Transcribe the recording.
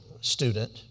student